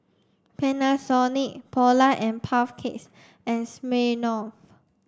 Panasonic Polar and Puff Cakes and Smirnoff